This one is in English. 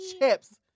chips